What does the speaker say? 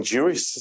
Jewish